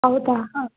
ಹೌದಾ ಹಾಂ